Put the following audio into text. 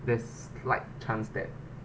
that's slight chance that